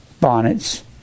bonnets